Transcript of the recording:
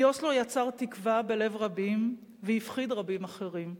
כי אוסלו יצר תקווה בלב רבים והפחיד רבים אחרים.